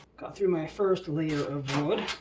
got through my first layer of wood.